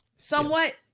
somewhat